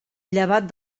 llevat